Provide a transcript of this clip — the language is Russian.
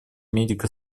медико